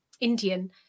Indian